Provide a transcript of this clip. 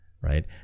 right